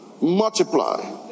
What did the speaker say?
multiply